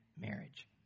marriage